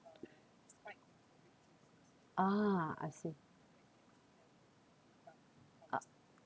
ah I see